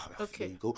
Okay